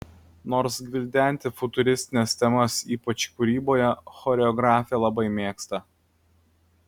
nors gvildenti futuristines temas ypač kūryboje choreografė labai mėgsta